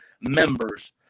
members